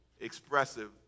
expressive